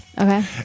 Okay